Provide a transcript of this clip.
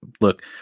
look